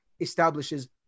establishes